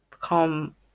become